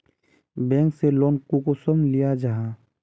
Bank से loan कुंसम लिया जाहा?